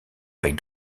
avec